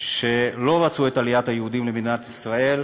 שלא רצו את עליית היהודים למדינת ישראל,